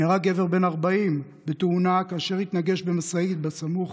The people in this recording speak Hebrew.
נהרג גבר בן 40 בתאונה כאשר התנגש במשאית סמוך